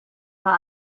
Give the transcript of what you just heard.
war